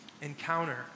Encounter